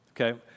okay